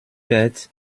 fährt